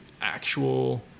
actual